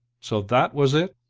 so that was it?